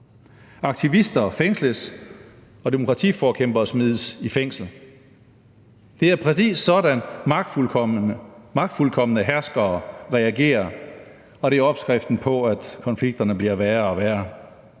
Aktivister og demokratiforkæmpere smides i fængsel. Det er præcis sådan, magtfuldkomne herskere regerer, og det er opskriften på, hvordan konflikterne bliver værre og værre.